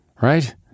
right